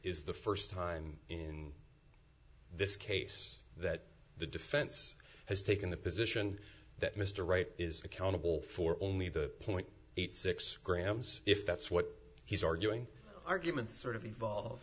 is the first time in this case that the defense has taken the position that mr right is accountable for only the point eight six grams if that's what he's arguing argument sort of evolv